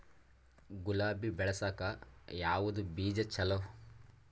ಗುಲಾಬಿ ಬೆಳಸಕ್ಕ ಯಾವದ ಬೀಜಾ ಚಲೋ?